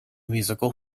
musical